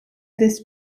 this